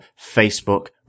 Facebook